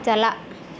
ᱪᱟᱞᱟᱜ